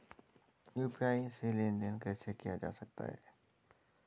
UPI से लेनदेन कैसे किया जा सकता है?